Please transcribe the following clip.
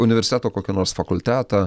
universiteto kokio nors fakultetą